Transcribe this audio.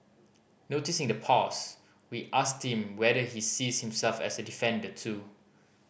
noticing the pause we asked him whether he sees himself as a defender too